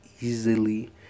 easily